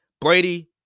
Brady